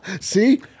see